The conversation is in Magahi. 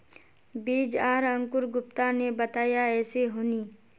बीज आर अंकूर गुप्ता ने बताया ऐसी होनी?